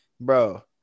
Bro